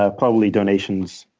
ah probably donations